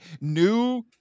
new